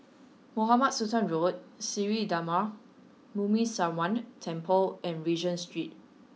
Mohamed Sultan Road Sri Darma Muneeswaran Temple and Regent Street